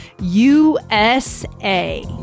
USA